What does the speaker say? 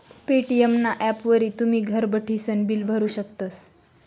Paytm ना ॲपवरी तुमी घर बठीसन बिल भरू शकतस